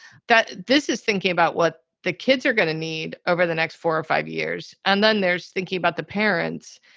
that this is thinking about what the kids are going to need over the next four or five years. and then there's thinking about the parents.